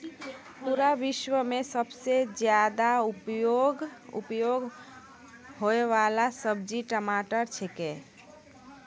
पूरा विश्व मॅ सबसॅ ज्यादा उपयोग होयवाला सब्जी टमाटर छेकै